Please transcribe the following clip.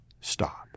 stop